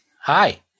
Hi